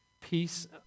Peace